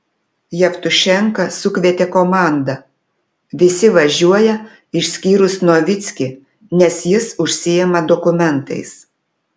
jevtušenka sukvietė komandą visi važiuoja išskyrus novickį nes jis užsiima dokumentais